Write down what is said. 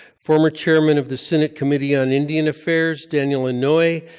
former chairman of the senate committee on indian affairs, daniel inouye,